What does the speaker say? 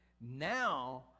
Now